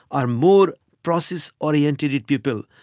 are more process-orientated people,